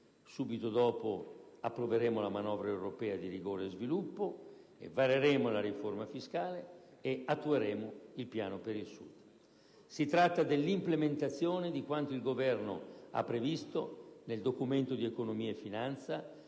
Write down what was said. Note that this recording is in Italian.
Subito dopo, approveremo la manovra europea di rigore e sviluppo e vareremo la riforma fiscale, e attueremo il Piano per il Sud. Si tratta dell'implementazione di quanto il Governo ha previsto nel Documento di economia e finanza,